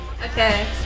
Okay